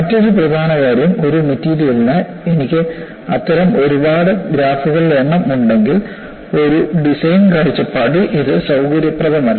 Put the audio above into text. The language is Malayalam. മറ്റൊരു പ്രധാന കാര്യം ഒരു മെറ്റീരിയലിന് എനിക്ക് അത്തരം ഒരുപാട് ഗ്രാഫുകളുടെ എണ്ണം ഉണ്ടെങ്കിൽ ഒരു ഡിസൈൻ കാഴ്ചപ്പാടിൽ ഇത് സൌകര്യപ്രദമല്ല